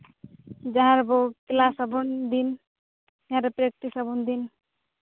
ᱡᱟᱦᱟᱸ ᱨᱮᱵᱚ ᱠᱞᱟᱥ ᱟᱵᱚᱱ ᱫᱤᱱ ᱡᱟᱦᱟᱸ ᱨᱮ ᱯᱨᱮᱠᱴᱤᱥ ᱟᱵᱚᱱ ᱫᱤᱱ